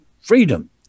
freedom